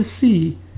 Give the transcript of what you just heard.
see